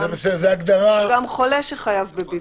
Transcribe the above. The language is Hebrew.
גם חולה שחייב בידוד.